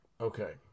Okay